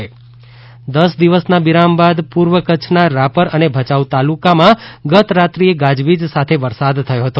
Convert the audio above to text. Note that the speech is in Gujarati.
વરસાદ દસ દિવસના વિરામ બાદ પૂર્વ કચ્છના રાપર અને ભચાઉ તાલુકામાં ગતરાત્રીએ ગાજવીજ સાથે વરસાદ થયો હતો